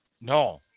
No